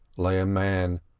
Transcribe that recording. lay a man,